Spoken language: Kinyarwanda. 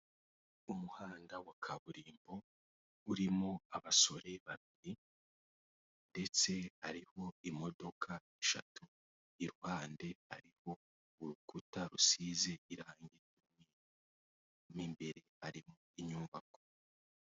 Umuhanda wa kaburimbo urimo abasore babiri ndetse harimo imodoka eshatu, iruhande ariho urukuta rusize irangi n'imbere harimo inyubako.